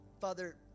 father